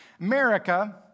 America